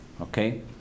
okay